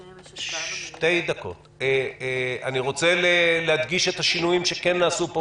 אני רוצה להדגיש את השינויים שכן נעשו פה